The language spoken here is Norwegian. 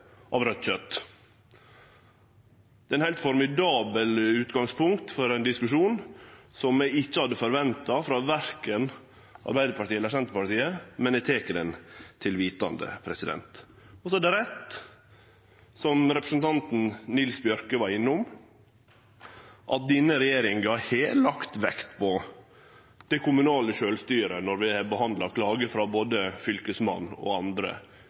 av raudt kjøtt. Det er eit heilt formidabelt utgangspunkt for ein diskusjon, som eg ikkje hadde venta verken frå Arbeidarpartiet eller Senterpartiet, men eg tek det til vitande. Så er det rett som representanten Nils Bjørke var innom, at denne regjeringa har lagt vekt på det kommunale sjølvstyret når vi har behandla klager frå både Fylkesmannen og andre